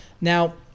Now